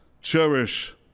cherish